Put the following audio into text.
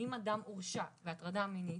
אם אדם הורשע בהטרדה מינית,